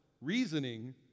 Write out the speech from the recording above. reasoning